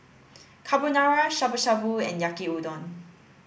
Carbonara Shabu Shabu and Yaki Udon